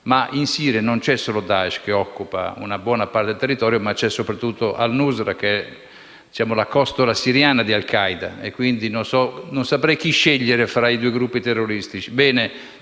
ma in Siria non c'è solo Daesh, che occupa una buona parte del territorio, ma c'è soprattutto al-Nusra, la costola siriana di al-Qaeda. Non saprei chi scegliere tra i due gruppi terroristici.